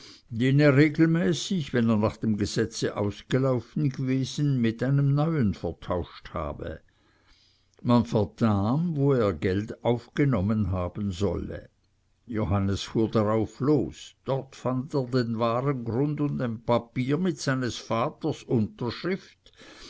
den er regelmäßig wenn er nach dem gesetze ausgelaufen gewesen mit einem neuen vertauscht habe man vernahm wo er geld aufgenommen haben solle johannes fuhr darauf los dort fand er den wahren grund und ein papier mit seines vaters unterschrift